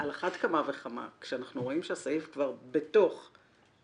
על אחת כמה וכמה כשאנחנו רואים שהסעיף כבר בתוך החוק